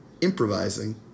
Improvising